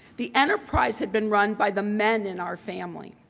the enterprise had been run by the men in our family.